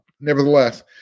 Nevertheless